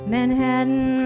Manhattan